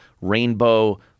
rainbow